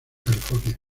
california